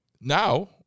now